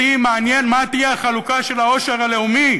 אותי מעניין מה תהיה החלוקה של העושר הלאומי,